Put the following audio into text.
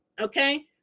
Okay